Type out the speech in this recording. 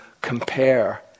compare